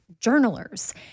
journalers